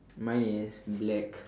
mine is black